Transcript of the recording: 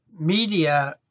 media